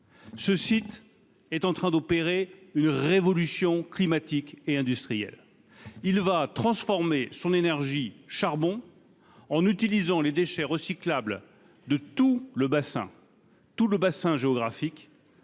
ce site est en train d'opérer une révolution climatiques et industriels, il va transformer son énergie charbon en utilisant les déchets recyclables de tout le bassin tout le bassin géographique